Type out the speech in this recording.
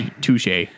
Touche